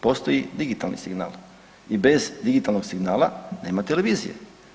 Postoji digitalni signal i bez digitalnog signala nema televizije.